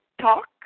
talk